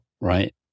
right